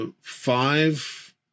five